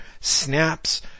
snaps